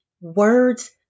Words